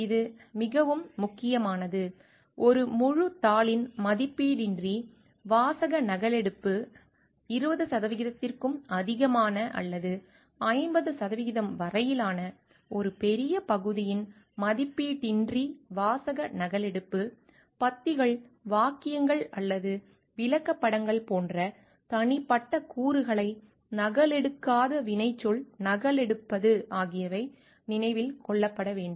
இது மிகவும் முக்கியமானது ஒரு முழுத் தாளின் மதிப்பீட்டின்றி வாசக நகலெடுப்பு 20 சதவிகிதத்திற்கும் அதிகமான அல்லது 50 சதவிகிதம் வரையிலான ஒரு பெரிய பகுதியின் மதிப்பீட்டின்றி வாசக நகலெடுப்பு பத்திகள் வாக்கியங்கள் அல்லது விளக்கப்படங்கள் போன்ற தனிப்பட்ட கூறுகளை நகலெடுக்காத வினைச்சொல் நகலெடுப்பது ஆகியவை நினைவில் கொள்ளப்பட வேண்டும்